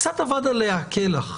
קצת אבד עליה הכלח?